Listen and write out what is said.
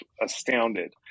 astounded